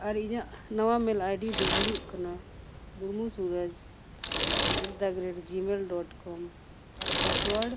ᱟᱨ ᱤᱧᱟᱹᱜ ᱱᱟᱣᱟ mail ID ᱫᱚ ᱦᱩᱭᱩᱜ ᱠᱟᱱᱟ Burmu Suraj at the rate Gmail dot com ᱟᱨ ᱯᱟᱥᱳᱣᱟᱨᱰ